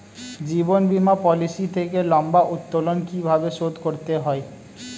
জীবন বীমা পলিসি থেকে লম্বা উত্তোলন কিভাবে শোধ করতে হয়?